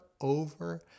over